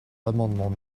l’amendement